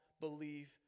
believe